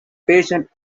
patient